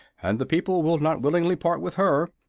and the people will not willingly part with her,